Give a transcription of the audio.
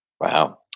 Wow